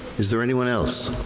is there anyone else?